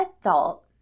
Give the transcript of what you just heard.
adult